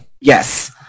Yes